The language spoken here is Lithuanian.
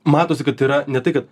matosi kad tai yra ne tai kad